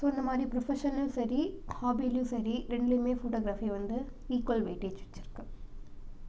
so இந்தமாதிரி ப்ரொஃபஷனலேயும் சரி ஹாபிலேயும் சரி ரெண்டுலேயுமே ஃபோட்டோக்ராஃபி வந்து ஈக்வல் வெய்ட்டேஜ் வச்சிருக்குது